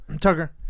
Tucker